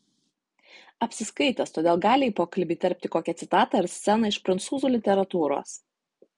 apsiskaitęs todėl gali į pokalbį įterpti kokią citatą ar sceną iš prancūzų literatūros